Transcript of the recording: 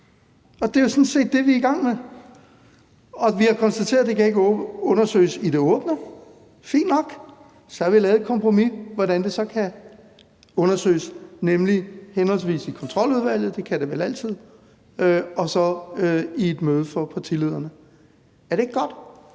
det er jo sådan set det, vi er i gang med. Og vi har konstateret, at det ikke kan undersøges i det åbne. Fint nok, så har vi lavet et kompromis om, hvordan det så kan undersøges, nemlig henholdsvis i Kontroludvalget – og det kan det vel altid – og så i et møde for partilederne. Er det ikke godt?